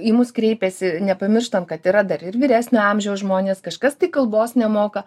į mus kreipiasi nepamirštam kad yra dar ir vyresnio amžiaus žmonės kažkas tai kalbos nemoka